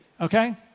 Okay